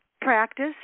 practice